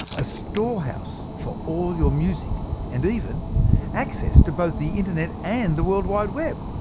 a storehouse for all your music and even access to both the internet and the world wide web.